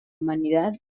humanidad